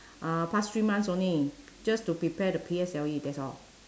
uh past three months only just to prepare the P_S_L_E that's all